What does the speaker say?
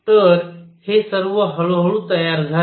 तर हे सर्व हळूहळू तयार झाले